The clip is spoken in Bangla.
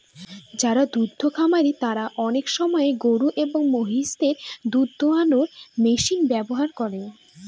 যারা দুদ্ধ খামারি তারা আনেক সময় গরু এবং মহিষদের দুধ দোহানোর মেশিন ব্যবহার করে